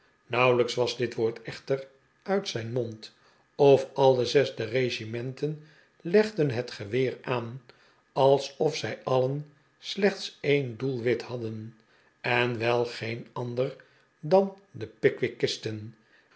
nauwelijks was dit woord echter uit zijn mond of alle zes de regimenten legden het geweer aan alsof zij alien slechts een doelwit hadden en wel geen ander dan de